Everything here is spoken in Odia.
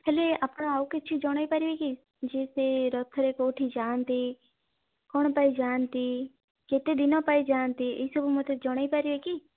ହେଲେ ଆପଣ ଆଉ କିଛି ଜଣେଇ ପାରିବେ କି ଯେ ସେଇ ରଥରେ କେଉଁଠି ଯାଆନ୍ତି କଣ ପାଇଁ ଯାଆନ୍ତି କେତେ ଦିନ ପାଇଁ ଯାଆନ୍ତି ଏ ସବୁ ମୋତେ ଜଣେଇ ପାରିବେ କି